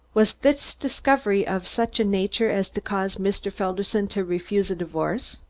was this discovery of such a nature as to cause mr. felderson to refuse a divorce?